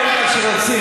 כאשר העם הפלסטיני,